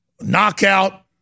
Knockout